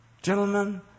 Gentlemen